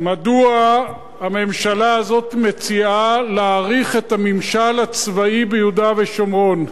מדוע הממשלה הזאת מציעה להאריך את הממשל הצבאי ביהודה ושומרון?